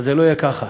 אבל זה לא יהיה כך.